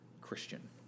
Christian